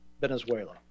Venezuela